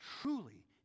truly